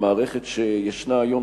במערכת שישנה היום,